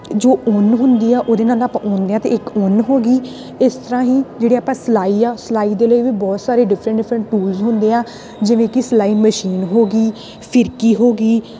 ਜੋ ਉੱਨ ਹੁੰਦੀ ਆ ਉਹਦੇ ਨਾਲ ਨਾ ਆਪਾਂ ਬੁਣਦੇ ਹਾਂ ਅਤੇ ਇੱਕ ਉੱਨ ਹੋ ਗਈ ਇਸ ਤਰ੍ਹਾਂ ਹੀ ਜਿਹੜੀ ਆਪਾਂ ਸਿਲਾਈ ਆ ਸਿਲਾਈ ਦੇ ਲਈ ਵੀ ਬਹੁਤ ਸਾਰੇ ਡਿਫਰੈਂਟ ਡਿਫਰੈਂਟ ਟੂਲਸ ਹੁੰਦੇ ਆ ਜਿਵੇਂ ਕਿ ਸਿਲਾਈ ਮਸ਼ੀਨ ਹੋ ਗਈ ਫਿਰਕੀ ਹੋ ਗਈ